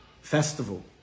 festival